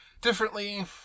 differently